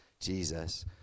jesus